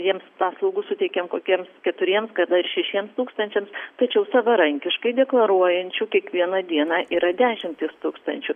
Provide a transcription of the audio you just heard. jiems paslaugų suteikiam kokiems keturiems kada ir šešiems tūkstančiams tačiau savarankiškai deklaruojančių kiekvieną dieną yra dešimtys tūkstančių